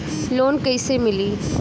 Loan कइसे मिली?